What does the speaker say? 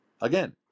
Again